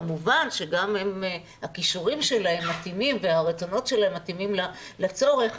כמובן שגם עם הכישורים שלהם מתאימים והרצונות שלהם מתאימים לצורך,